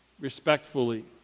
respectfully